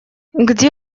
где